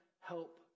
help